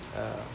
uh